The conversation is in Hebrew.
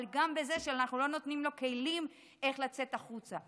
אבל גם בזה שאנחנו לא נותנים לו כלים איך לצאת החוצה.